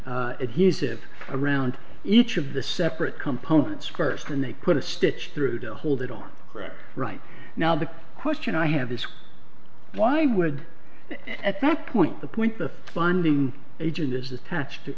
adhesive around each of the separate components first and they put a stitch through to hold it on correct right now the question i have is why would at that point the point the funding agent is attached to